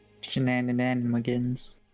Shenanigans